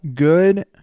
Good